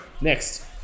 Next